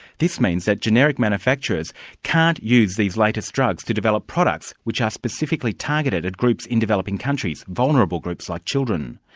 this means that generic manufacturers can't use these latest drugs to develop products which are specifically targeted at groups in developing countries, vulnerable groups like children.